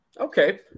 Okay